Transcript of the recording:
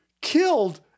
killed